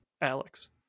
Alex